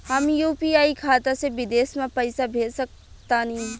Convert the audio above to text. हम यू.पी.आई खाता से विदेश म पइसा भेज सक तानि?